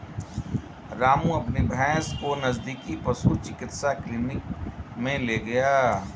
रामू अपनी भैंस को नजदीकी पशु चिकित्सा क्लिनिक मे ले गया